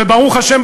וברוך השם,